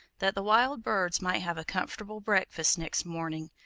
that the wild birds might have a comfortable breakfast next morning,